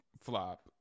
flop